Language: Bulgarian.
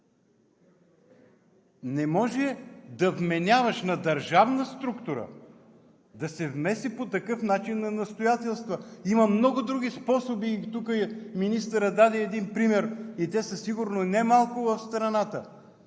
Не може да вменяваш на държавна структура да се меси по такъв начин на настоятелства. Има много други способи и министърът даде един пример и те са сигурно немалко в страната.